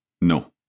No